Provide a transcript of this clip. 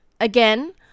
again